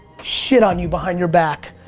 shit on you behind your back!